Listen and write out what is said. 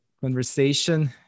conversation